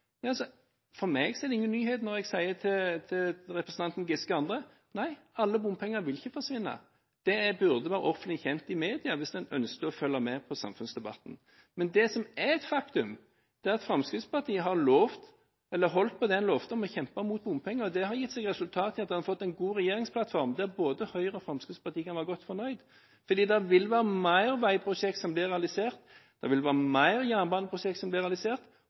For meg er det ingen nyhet når jeg sier til representanten Giske og andre at nei, alle bompenger vil ikke forsvinne. Det burde være offentlig kjent gjennom media, hvis man ønsker å følge med på samfunnsdebatten. Det som er et faktum, er at Fremskrittspartiet har holdt det man lovte om å kjempe mot bompenger. Det har gitt seg utslag i at vi har fått en god regjeringsplattform der både Høyre og Fremskrittspartiet kan være godt fornøyd, for det vil være flere veiprosjekter og flere jernbaneprosjekter som blir realisert. Bompengeandelen vil være